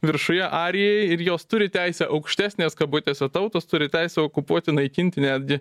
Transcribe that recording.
viršuje arijai ir jos turi teisę aukštesnės kabutėse tautos turi teisę okupuoti naikinti netgi